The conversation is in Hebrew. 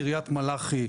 קריית מלאכי,